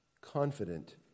confident